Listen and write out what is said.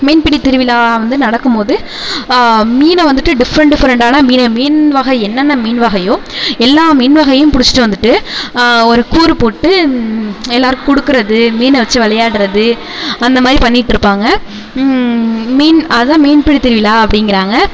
மீன்பிடித்திருவிழா வந்து நடக்கும்போது மீனை வந்துட்டு டிஃப்ரண்ட் டிஃப்ரண்ட்டான மீனை மீன் வகை என்னென்ன மீன் வகையோ எல்லா மீன் வகையும் பிடிச்சிட்டு வந்துட்டு ஒரு கூறுப் போட்டு எல்லாருக்கும் கொடுக்குறது மீனை வச்சி விளையாட்றது அந்த மாதிரி பண்ணிகிட்டுருப்பாங்க மீன் அதுதான் மீன்பிடித்திருவிழா அப்படிங்கிறாங்க